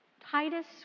Titus